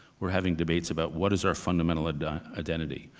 were having debates about what is our fundamental and identity?